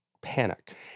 panic